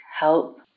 help